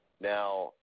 Now